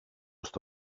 στο